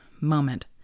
moment